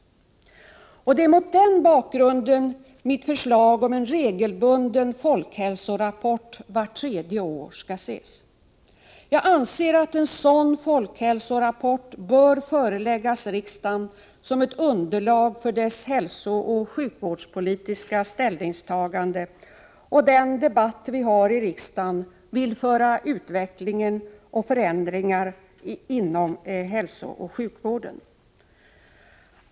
Det är mot den bakgrunden mitt förslag om en regelbunden folkhälsorapport vart tredje år skall ses. Jag anser att en sådan folkhälsorapport bör föreläggas riksdagen som ett underlag för dess hälsooch sjukvårdspolitiska ställningstaganden och den debatt vi här i riksdagen vill föra om utveckling och förändringar inom hälsooch sjukvården.